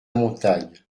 montagne